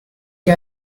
que